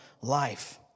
life